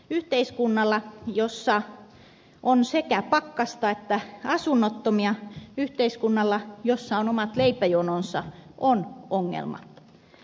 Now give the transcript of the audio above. yhteiskunnalla jossa on sekä pakkasta että asunnottomia yhteiskunnalla jossa on omat leipäjononsa on ongelma